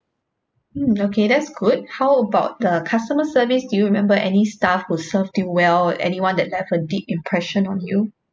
mm okay that's good how about the customer service do you remember any staff who served you well anyone that left a deep impression on you